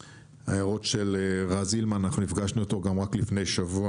ההערות של רז הילמן אנחנו נפגשנו איתו רק לפני שבוע,